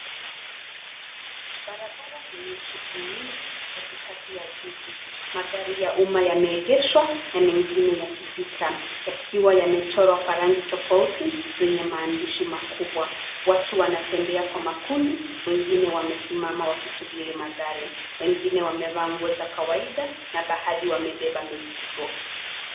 Barabara yenye shughuli nyingi katikati ya jiji. Magari ya umma yameegeshwa na mengine yakipita, yakiwa yamechorwa kwa rangi tofauti zenye maandishi makubwa. Watu wanatembea kwa makundi, wengine wamesimama wakisubiri magari, wengine wamevaa nguo za kawaida na baadhi wamebeba mizigo.